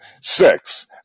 Six